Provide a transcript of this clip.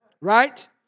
Right